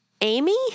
Amy